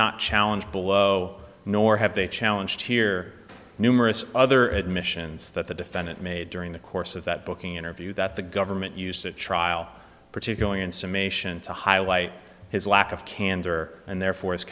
not challenge below nor have they challenge here numerous other admissions that the defendant made during the course of that booking interview that the government used the trial particularly in summation to highlight his lack of candor and therefore his